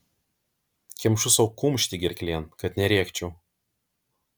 kemšu sau kumštį gerklėn kad nerėkčiau